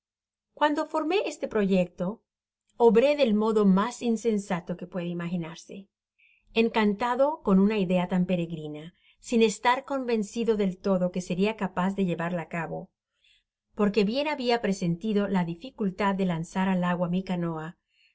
cuando forme este proyecto obré del modo mas insensato que puede imaginarse encanta lo con una idea tan peregrina sin estar convencido del todo que seria capaz de llevarla á cabo porque bien habia presentido la dificultad de lanzar al agua mi canoa